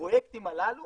הפרויקטים הללו